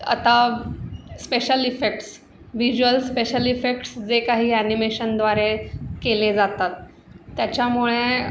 आता special effects visual special effects जे काही ॲनिमेशनद्वारे केले जातात त्याच्यामुळे